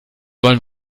wollen